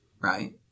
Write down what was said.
Right